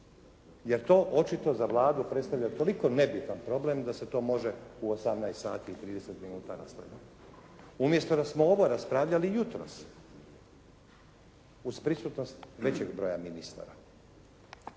jer to očito za Vladu predstavlja toliko nebitan problem da se to može u 18 sati i 30 minuta raspraviti, umjesto da smo ovo raspravili jutros uz prisutnost većeg broja ministara.